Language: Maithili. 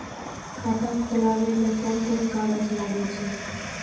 खाता खोलावै मे कोन कोन कागज लागै छै?